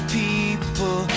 people